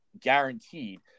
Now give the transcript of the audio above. guaranteed